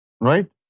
right